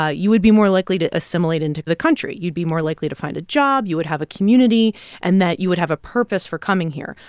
ah you would be more likely to assimilate into the country. you'd be more likely to find a job. you would have a community and that you would have a purpose for coming here.